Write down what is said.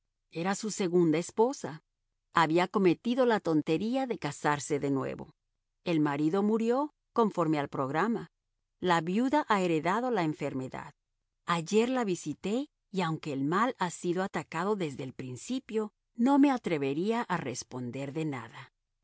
era su segunda esposa había cometido la tontería de casarse de nuevo el marido murió conforme al programa la viuda ha heredado la enfermedad ayer la visité y aunque el mal ha sido atacado desde el principio no me atrevería a responder de nada